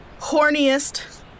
horniest